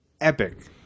epic